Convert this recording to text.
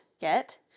get